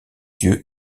yeux